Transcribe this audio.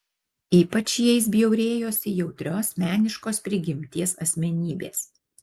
ypač jais bjaurėjosi jautrios meniškos prigimties asmenybės